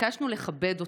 ביקשנו לכבד אותם,